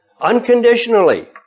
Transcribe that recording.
unconditionally